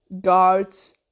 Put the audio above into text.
guards